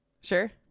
Sure